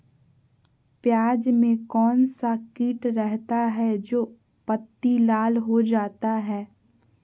प्याज में कौन सा किट रहता है? जो पत्ती लाल हो जाता हैं